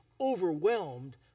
overwhelmed